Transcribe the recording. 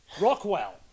Rockwell